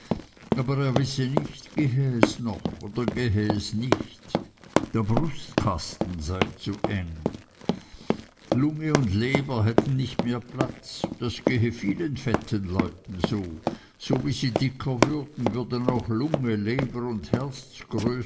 aber er wisse nicht gehe es noch oder gehe es nicht der brustkasten sei zu eng lunge und leber hätten nicht mehr platz das gehe vielen fetten leuten so so wie sie dicker würden würden auch lunge leber und